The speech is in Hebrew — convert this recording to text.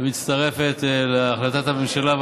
ומצטרפת להחלטת הממשלה.